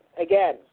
again